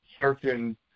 certain